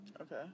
Okay